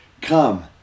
Come